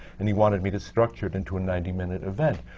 and he wanted me to structure it into a ninety-minute event.